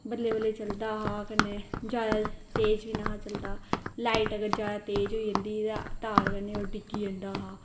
बल्लें बल्लें चलदा हा कन्नै जैदा तेज बी नेईं हा चलदा लाईट अगर जैदा तेज होई जन्दी ही तां तार कन्नै ओह् डिग्गी जन्दा हा